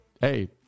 hey